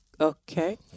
okay